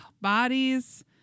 bodies